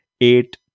eight